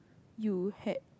you had